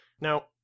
Now